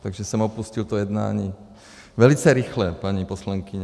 Takže jsem opustil to jednání velice rychle, paní poslankyně.